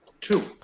Two